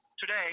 today